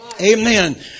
Amen